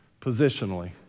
positionally